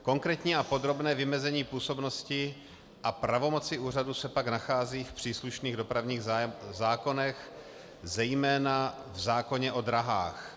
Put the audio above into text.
Konkrétní a podrobné vymezení působnosti a pravomoci úřadu se pak nachází v příslušných dopravních zákonech, zejména v zákoně o dráhách.